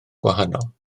gwahanol